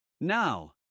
Now